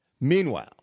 Meanwhile